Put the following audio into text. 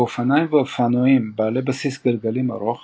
באופניים ואופנועים בעלי בסיס גלגלים ארוך